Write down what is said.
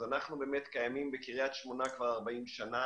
אז אנחנו באמת קיימים בקרית שמונה כבר 40 שנה,